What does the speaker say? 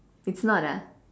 it's not ah